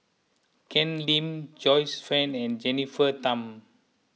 Ken Lim Joyce Fan and Jennifer Tham